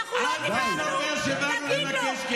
מיקי, תורידו את המסכה.